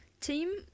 team